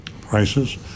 prices